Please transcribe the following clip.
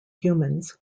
humans